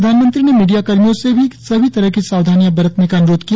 प्रधानमंत्री ने मीडिय़ाकर्मियों से भी सभी तरह की सावधानी बरतने का अनुरोध किया